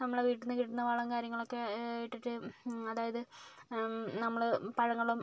നമ്മുടെ വീട്ടിൽ നിന്ന് കിട്ടുന്ന വളം കാര്യങ്ങളൊക്കെ ഇട്ടിട്ട് അതായത് നമ്മള് പഴങ്ങളും